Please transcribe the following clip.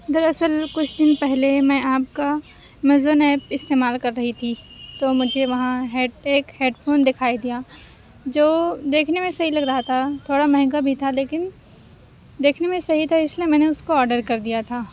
در اصل کچھ دن پہلے میں آپ کا ایمیزون ایپ استعمال کر رہی تھی تو مجھے وہاں ہیڈ ہیڈ فون دکھائی دیا جو دیکھنے میں صحیح لگ رہا تھا تھوڑا مہنگا بھی تھا لیکن دیکھنے میں صحیح تھا اس لیے میں نے اس کو آڈر کر دیا تھا